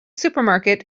supermarket